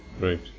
Right